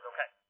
Okay